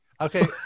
Okay